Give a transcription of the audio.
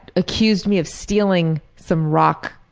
accused me of stealing some rocks,